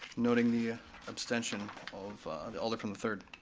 noting the abstention of the alder from the third.